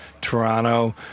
Toronto